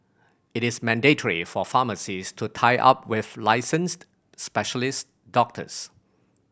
it is mandatory for pharmacies to tie up with licensed specialised doctors